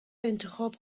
انتخاب